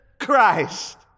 Christ